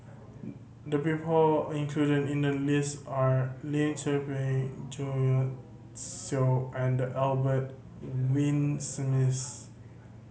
the people included in the list are Lim Tze Peng Jo Seow and Albert Winsemius